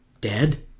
Dead